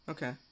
Okay